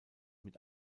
mit